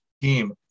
team